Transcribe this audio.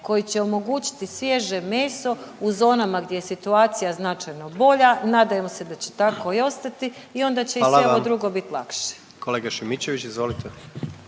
koji će omogućiti svježe meso u zonama gdje situacija značajno bolja, nadajmo se da će tako i ostati i onda će i … .../Upadica: Hvala vam./... sve